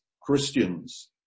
Christians